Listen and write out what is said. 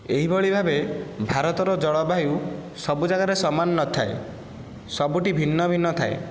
ଏହିଭଳି ଭାବେ ଭାରତର ଜଳବାୟୁ ସବୁ ଜାଗାରେ ସମାନ ନଥାଏ ସବୁଠି ଭିନ୍ନ ଭିନ୍ନ ଥାଏ